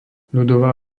ľudová